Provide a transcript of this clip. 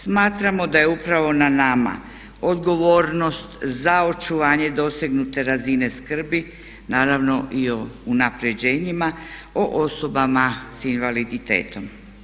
Smatramo da je upravo na nama odgovornost za očuvanje dosegnute razine skrbi, naravno i o unapređenjima o osobama s invaliditetom.